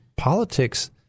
politics